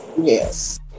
Yes